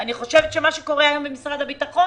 אני חושבת שמה שקורה היום במשרד הביטחון